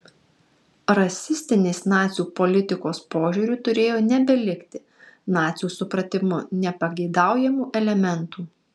rasistinės nacių politikos požiūriu turėjo nebelikti nacių supratimu nepageidaujamų elementų